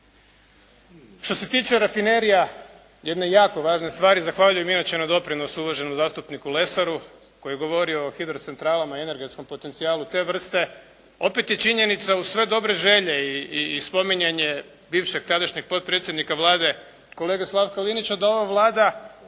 Što se tiče rafinerija, jedne jako važne stvari, zahvaljujem na doprinosu uvaženom zastupniku Lesaru, koji je govorio o hidrocentralama i energetskom potencijalu te vrste, opet je činjenica uz sve dobre želje i spominjanje bivšeg tadašnjeg potpredsjednika Vlade kolege Slavka Linića, da ova Vlada